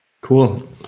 Cool